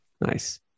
Nice